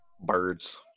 Birds